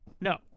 No